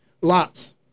Lots